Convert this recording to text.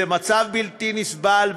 זה מצב בלתי נסבל,